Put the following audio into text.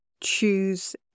choose